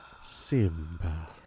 Simba